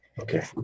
Okay